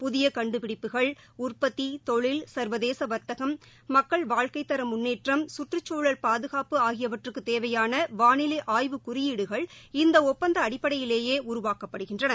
புதியகண்டுபிடிப்புகள் உற்பத்திதொழில் சர்வதேசவர்த்தகம் மக்கள் வாழ்க்கைதரமுன்னேற்றம் சுற்றுச்குழல் பாதுகாப்பு ஆகியவற்றுக்குதேவையானவானிலைஆய்வு குறியீடுகள் இந்தஒப்பந்தஅடிப்படையிலேயே உருவாக்கப்படுகின்றன